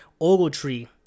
Ogletree